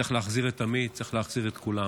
צריך להחזיר את עמית, צריך להחזיר את כולם,